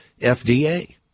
FDA